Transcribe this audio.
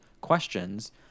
questions